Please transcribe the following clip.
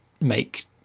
make